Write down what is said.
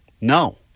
No